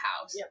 house